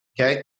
okay